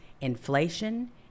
inflation